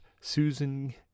Susan